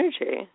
energy